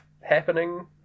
happening